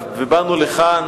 ובאנו לכאן